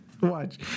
watch